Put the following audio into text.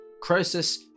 Croesus